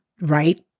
right